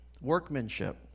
workmanship